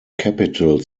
capital